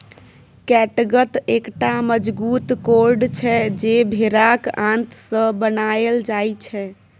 कैटगत एकटा मजगूत कोर्ड छै जे भेराक आंत सँ बनाएल जाइ छै